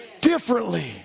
differently